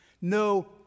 No